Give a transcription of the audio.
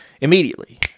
immediately